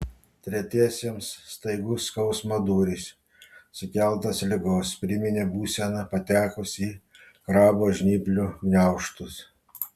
tretiesiems staigus skausmo dūris sukeltas ligos priminė būseną patekus į krabo žnyplių gniaužtus